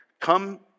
come